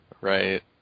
Right